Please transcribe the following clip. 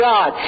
God